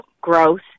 growth